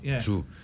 True